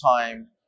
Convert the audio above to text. time